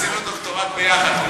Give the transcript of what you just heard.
עשינו דוקטורט יחד.